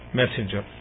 messenger